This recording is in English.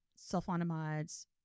sulfonamides